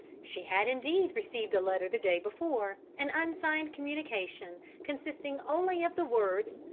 she had indeed received a letter the day before, an unsigned communication, consisting only of the words,